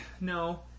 no